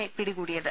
A പിടികൂടിയത്